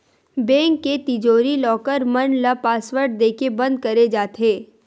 bank के तिजोरी, locker मन ल पासवर्ड देके बंद करे जाथे